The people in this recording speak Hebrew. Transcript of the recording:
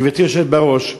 גברתי היושבת בראש,